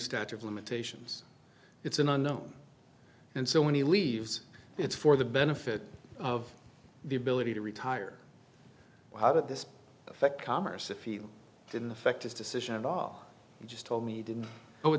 statue of limitations it's an unknown and so when he leaves it's for the benefit of the ability to retire how did this affect commerce if you didn't affect his decision at all you just told me he didn't know it